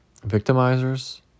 victimizers